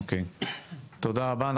תודה רבה.